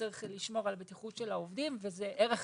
ושצריך לשמור על בטיחות של העובדים וזה ערך